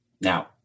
Now